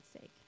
sake